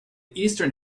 eastern